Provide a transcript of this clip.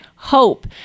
hope